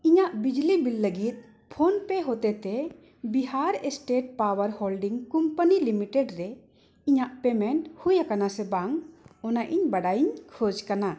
ᱤᱧᱟᱹᱜ ᱵᱤᱡᱽᱞᱤ ᱵᱤᱞ ᱞᱟᱹᱜᱤᱫ ᱯᱷᱳᱱ ᱯᱮ ᱦᱚᱛᱮ ᱛᱮ Bihar state power holding company limited ᱨᱮ ᱤᱧᱟᱹᱜ ᱯᱮᱢᱮᱱᱴ ᱦᱩᱭ ᱟᱠᱟᱱᱟ ᱥᱮ ᱵᱟᱝ ᱚᱱᱟ ᱤᱧ ᱵᱟᱰᱟᱭᱤᱧ ᱠᱷᱚᱡᱽ ᱠᱟᱱᱟ